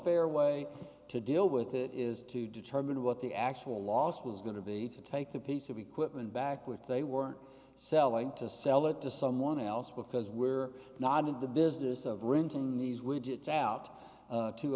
fair way to deal with it is to determine what the actual loss was going to be to take the piece of equipment back which they were selling to sell it to someone else because we're not in the business of renting these widgets out